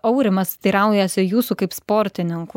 aurimas teiraujasi jūsų kaip sportininkų